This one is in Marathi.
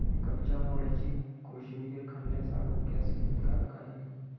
कच्च्या मुळ्याची कोशिंबीर खाल्ल्यास आरोग्यास हितकारक आहे